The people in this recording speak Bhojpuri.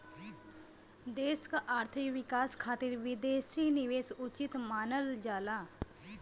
देश क आर्थिक विकास खातिर विदेशी निवेश उचित मानल जाला